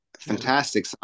fantastic